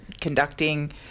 conducting